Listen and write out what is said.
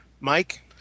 Mike